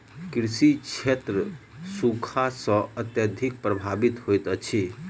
कृषि क्षेत्र सूखा सॅ अत्यधिक प्रभावित होइत अछि